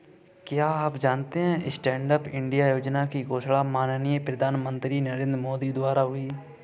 क्या आप जानते है स्टैंडअप इंडिया योजना की घोषणा माननीय प्रधानमंत्री नरेंद्र मोदी द्वारा हुई?